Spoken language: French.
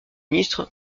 ministre